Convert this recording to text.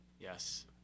Yes